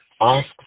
ask